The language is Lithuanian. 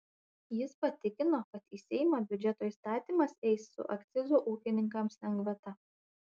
jis patikino kad į seimą biudžeto įstatymas eis su akcizo ūkininkams lengvata